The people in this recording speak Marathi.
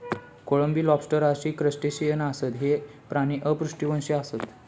कोळंबी, लॉबस्टर अशी क्रस्टेशियन आसत, हे प्राणी अपृष्ठवंशी आसत